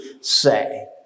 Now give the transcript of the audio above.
say